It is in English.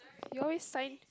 you always find